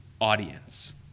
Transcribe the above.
audience